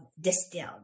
distilled